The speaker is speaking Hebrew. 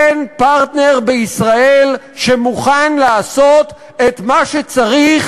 אין פרטנר בישראל שמוכן לעשות את מה שצריך